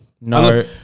No